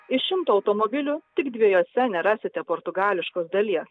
iš šimto automobilių tik dviejuose nerasite portugališkos dalies